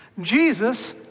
Jesus